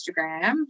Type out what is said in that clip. Instagram